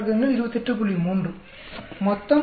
3 மொத்தம் 84